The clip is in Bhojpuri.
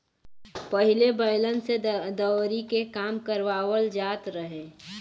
पहिले बैलन से दवरी के काम करवाबल जात रहे